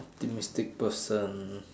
optimistic person